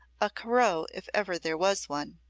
a corot if ever there was one,